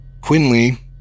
quinley